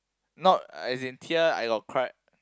not as in tear I got cry